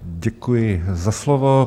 Děkuji za slovo.